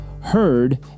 heard